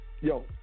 yo